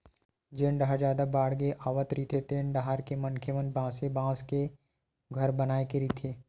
जेन डाहर जादा बाड़गे आवत रहिथे तेन डाहर के मनखे मन बासे बांस के घर बनाए के रहिथे